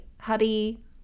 hubby